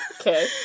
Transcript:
Okay